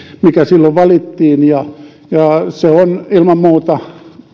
mikä silloin valittiin se ilman muuta